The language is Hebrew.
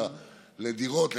לדירות,